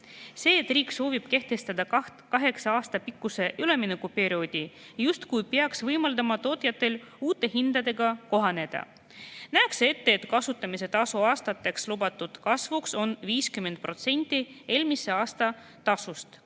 See, et riik soovib kehtestada kaheksa aasta pikkuse üleminekuperioodi, justkui peaks võimaldama tootjatel uute hindadega kohaneda. Nähakse ette, et kasutamistasu aastaseks lubatud kasvuks on 50% eelmise aasta tasust,